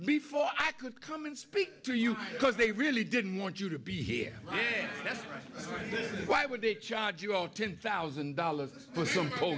before i could come and speak to you because they really didn't want you to be here yet that's why would they charge you all ten thousand dollars